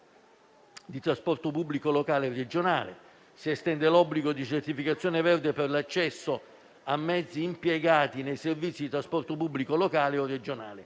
di trasporto pubblico locale regionale. Si estende l'obbligo di certificazione verde per l'accesso a mezzi impiegati nei servizi di trasporto pubblico locale o regionale.